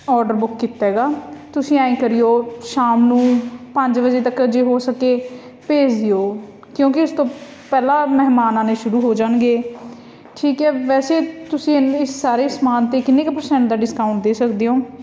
order book ਕੀਤਾ ਹੈਗਾ ਤੁਸੀਂ ਐਂ ਕਰਿਓ ਸ਼ਾਮ ਨੂੰ ਪੰਜ ਵਜੇ ਤੱਕ ਜੇ ਹੋ ਸਕੇ ਭੇਜ ਦਿਓ ਕਿਉਂਕਿ ਇਸ ਤੋਂ ਪਹਿਲਾਂ ਮਹਿਮਾਨ ਆਉਣੇ ਸ਼ੁਰੂ ਹੋ ਜਾਣਗੇ ਠੀਕ ਹੈ ਵੈਸੇ ਤੁਸੀਂ ਇੰਨੇ ਸਾਰੇ ਸਮਾਨ 'ਤੇ ਕਿੰਨੀ ਕੁ ਪਰਸੈਂਟ ਦਾ ਡਿਸਕਾਊਂਟ ਦੇ ਸਕਦੇ ਹੋ